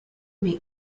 make